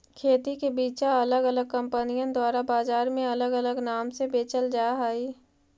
खेती के बिचा अलग अलग कंपनिअन द्वारा बजार में अलग अलग नाम से बेचल जा हई